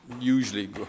usually